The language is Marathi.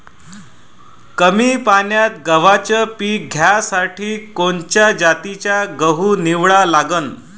कमी पान्यात गव्हाचं पीक घ्यासाठी कोनच्या जातीचा गहू निवडा लागन?